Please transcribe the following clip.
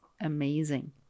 amazing